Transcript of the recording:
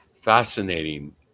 Fascinating